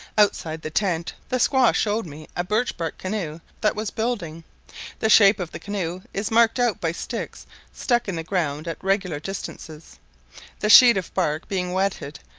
outside the tent the squaw showed me a birch-bark canoe that was building the shape of the canoe is marked out by sticks stuck in the ground at regular distances the sheets of bark being wetted,